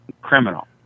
criminal